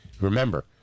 remember